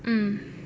mm